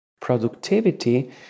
productivity